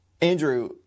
Andrew